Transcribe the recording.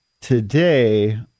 today